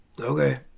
Okay